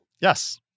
Yes